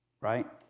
right